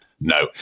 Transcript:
No